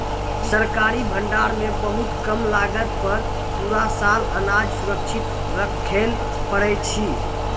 सरकारी भंडार मॅ बहुत कम लागत पर पूरा साल अनाज सुरक्षित रक्खैलॅ पारै छीं